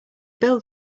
build